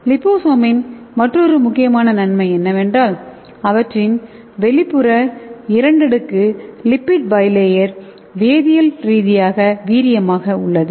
லிபோசோமின் மற்றொரு முக்கியமான நன்மை என்னவென்றால் அவற்றின் வெளிப்புற இரண்டடுக்கு லிப்பிட் பை ளேயர் வேதியியல் ரீதியாக வீரியமாக உள்ளது